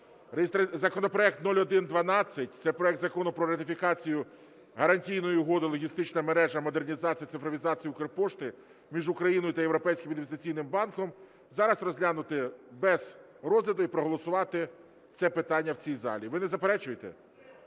законопроект 0112, це проект Закону про ратифікацію Гарантійної угоди "Логістична мережа (Модернізація та цифровізація Укрпошти)" між Україною та Європейським інвестиційним банком, зараз розглянути без розгляду і проголосувати це питання в цій залі. Ви не заперечуєте?